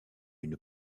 une